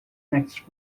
next